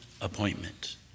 appointment